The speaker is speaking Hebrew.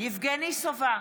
יבגני סובה,